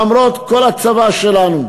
למרות כל הצבא שלנו.